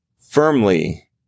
firmly